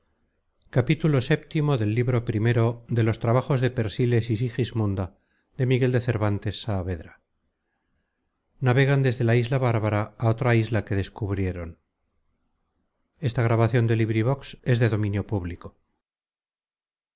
vii navegan desde la isla bárbara á otra isla que descubrieron